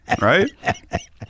right